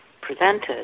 presented